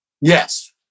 Yes